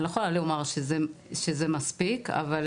אני לא יכולה לומר שזה מספיק אבל